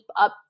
up